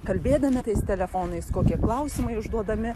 kalbėdami tais telefonais kokie klausimai užduodami